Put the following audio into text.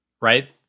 right